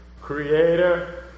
creator